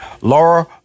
Laura